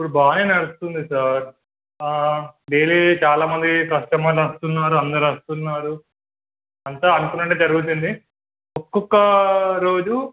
ఇప్పుడు బాగానే నడుస్తుంది సార్ డైలీ చాలామంది కస్టమర్స్ వస్తున్నారు అందరు వస్తున్నారు అంతా అనుకునట్టే జరుగుతుంది ఒక్కొక్క రోజు